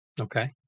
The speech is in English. Okay